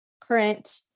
current